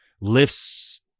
lifts